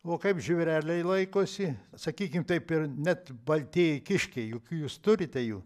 o kaip žvėreliai laikosi sakykim taip ir net baltieji kiškiai juk jūs turite jų